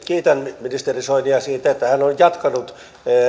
kiitän ministeri soinia siitä että hän on jatkanut